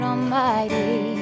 Almighty